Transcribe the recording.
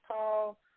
Paul